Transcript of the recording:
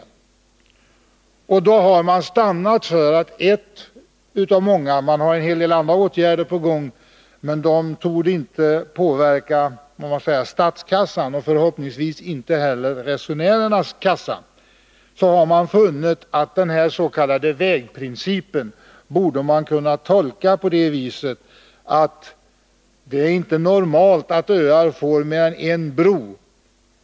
Transportrådet har då stannat för detta förslag, som ett av många. Transportrådet har också en del andra åtgärder på gång, men de torde inte påverka statskassan, och förhoppningsvis inte heller resenärernas kassa. Transportrådet har alltså funnit att den s.k. vägprincipen borde kunna tolkas på det viset att det inte är normalt att öar får mer än en bro.